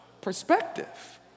Perspective